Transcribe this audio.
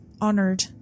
honored